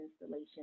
installation